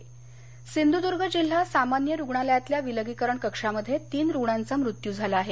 सिंधर्द्य सिंधुदुर्ग जिल्हा सामान्य रुग्णालयातल्या विलगीकरण कक्षामध्ये तीन रुग्णांचा मृत्यू झाला आहे